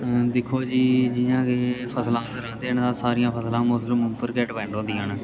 ऐं दिक्खो जी जि'यां के फसलां अस र्हान्दें न सारियां फसलां मौसम उप्पर गै डपैंड होंदियां न